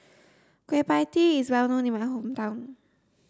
Kueh Pie Tee is well known in my hometown